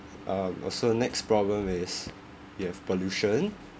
um so next problem is we have pollution